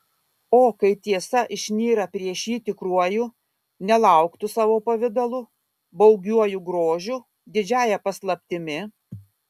o kai tiesa išnyra prieš jį tikruoju nelauktu savo pavidalu baugiuoju grožiu didžiąja paslaptimi